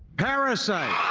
parasite!